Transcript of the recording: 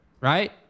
right